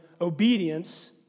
obedience